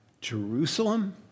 Jerusalem